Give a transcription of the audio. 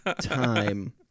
time